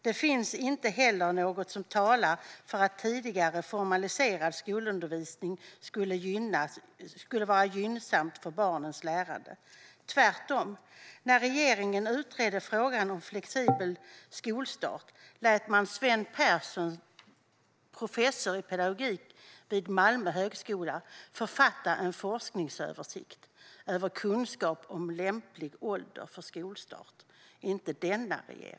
Det finns inte heller något som talar för att tidigare formaliserad skolundervisning skulle vara gynnsamt för barns lärande - tvärtom. När regeringen, inte denna utan den förra, utredde frågan om flexibel skolstart lät man Sven Persson, professor i pedagogik vid Malmö högskola, författa en forskningsöversikt över kunskapen om lämplig ålder för skolstart.